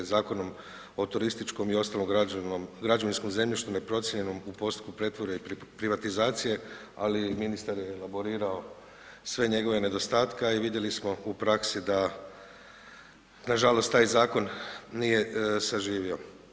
Zakonom o turističkom i ostalom građevinskom zemljištu neprocijenjenom u postupku pretvorbe i privatizacije, ali ministar je elaborirao sve njegove nedostatke, a i vidjeli smo u praksi da nažalost taj zakon nije zaživio.